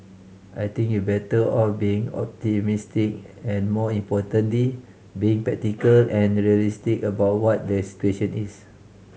I think you're better off being optimistic and more importantly being practical and realistic about what the situation is